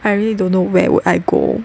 I really don't know where would I go